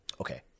okay